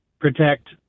protect